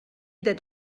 that